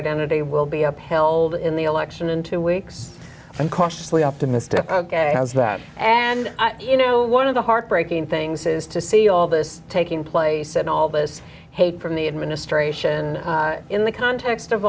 identity will be upheld in the election in two weeks i'm cautiously optimistic as that and you know one of the heartbreaking things is to see all this taking place and all this hate from the administration in the context of